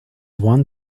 one